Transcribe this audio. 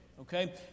Okay